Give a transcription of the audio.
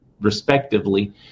respectively